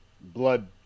blood